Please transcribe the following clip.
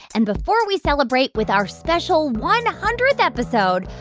and before we celebrate with our special one hundredth episode,